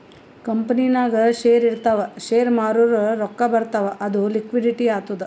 ಕಂಪನಿನಾಗ್ ಶೇರ್ ಇರ್ತಾವ್ ಶೇರ್ ಮಾರೂರ್ ರೊಕ್ಕಾ ಬರ್ತಾವ್ ಅದು ಲಿಕ್ವಿಡಿಟಿ ಆತ್ತುದ್